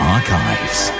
Archives